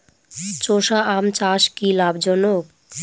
চোষা আম চাষ কি লাভজনক?